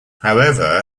however